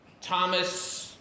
Thomas